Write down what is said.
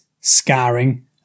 scarring